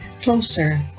closer